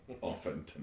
often